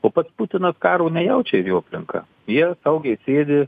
o pats putino karo nejaučia ir jo aplinka jie saugiai sėdi